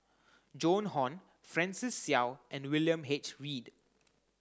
Joan Hon Francis Seow and William H Read